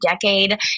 decade